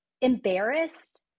embarrassed